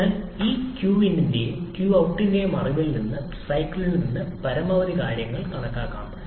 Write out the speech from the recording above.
അതിനാൽ ഈ qinന്റെയും qoutന്റെയും അറിവിൽ നിന്ന് സൈക്കിളിൽ നിന്ന് നിരവധി കാര്യങ്ങൾ കണക്കാക്കാം